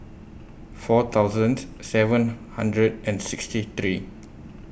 four thousand seven hundred and sixty three